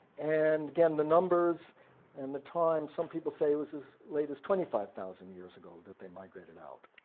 and again, the numbers and the times, some people say it was as late as twenty five thousand years ago that they migrated out.